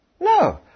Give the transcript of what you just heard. No